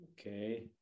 Okay